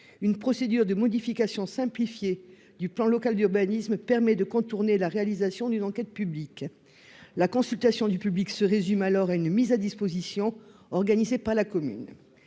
une procédure de modification simplifiée du plan local d'urbanisme permet de contourner la réalisation d'une enquête publique. La consultation se résume alors à une mise à disposition, organisée par la commune.